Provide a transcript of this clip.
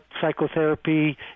psychotherapy